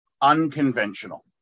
unconventional